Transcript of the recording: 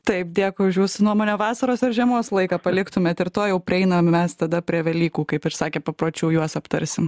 taip dėkui už jūsų nuomonę vasaros ar žiemos laiką paliktumėt ir tuoj jau prieinam mes tada prie velykų kaip ir sakė papročių juos aptarsim